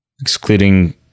Excluding